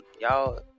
y'all